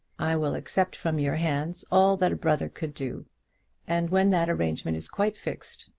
i will accept from your hands all that a brother could do and when that arrangement is quite fixed,